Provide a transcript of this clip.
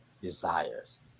desires